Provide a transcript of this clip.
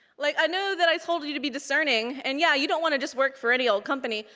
like i know that i told you to be discerning and yeah, you don't want to just work for any old company.